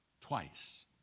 twice